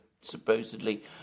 supposedly